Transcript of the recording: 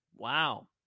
Wow